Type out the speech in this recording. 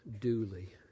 duly